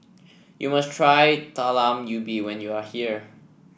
you must try Talam Ubi when you are here